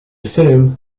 firm